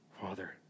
Father